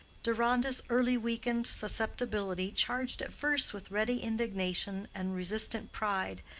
deronda's early-weakened susceptibility, charged at first with ready indignation and resistant pride,